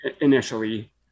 initially